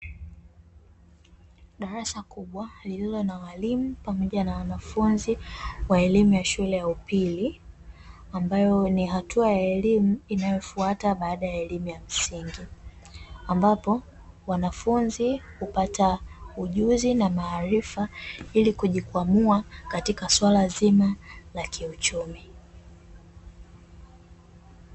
Darasa kubwa lililo na walimu pamoja na wanafunzi wa elimu ya shule yaupili ambayo ni hatua ya elimu inayofuata baada ya elimu ya msingi, ambapo wanafunzi hupata ujuzi na maarifa ili kujikwamua katika swala zima la kiuchumi.